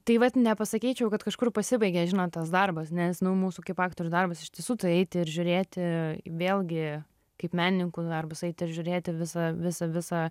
tai vat nepasakyčiau kad kažkur pasibaigia žinot tas darbas nes nu mūsų kaip aktorių darbas iš tiesų tai eiti ir žiūrėti vėlgi kaip menininkų darbus eiti ir žiūrėti visą visą visą